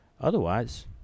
otherwise